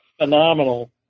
phenomenal